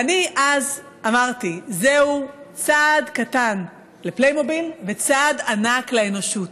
ואני אז אמרתי: זהו צעד קטן לפליימוביל וצעד ענק לאנושות,